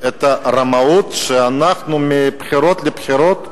את הרמאות שאנחנו, מבחירות לבחירות,